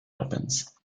opens